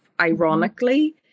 Ironically